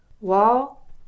Wall